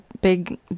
big